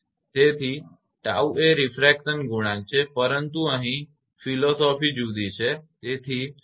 તેથી 𝜏 એ રીફ્રેક્શન ગુણાંક છે પરંતુ અહીં ફિલસૂફી તત્વજ્ઞાન જુદી છે